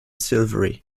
silvery